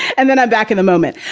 and then i'm back in a moment.